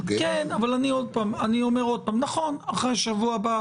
כן, אבל אני אומר עוד פעם: נכון, אחרי שבוע הבא.